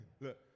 look